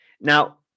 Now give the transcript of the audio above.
Now